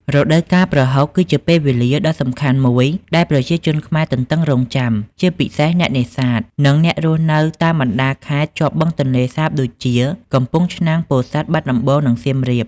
រដូវកាលប្រហុក គឺជាពេលវេលាដ៏សំខាន់មួយដែលប្រជាជនខ្មែរទន្ទឹងរង់ចាំ ជាពិសេសអ្នកនេសាទ និងអ្នករស់នៅតាមបណ្តាខេត្តជាប់បឹងទន្លេសាបដូចជា កំពង់ឆ្នាំង ពោធិ៍សាត់ បាត់ដំបង និងសៀមរាប។